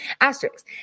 Asterisks